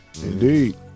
Indeed